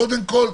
קודם כל,